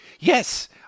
Yes